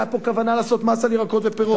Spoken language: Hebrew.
היתה פה כוונה לעשות מס על ירקות ופירות.